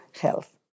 health